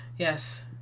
Yes